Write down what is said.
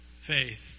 faith